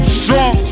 strong